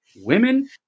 women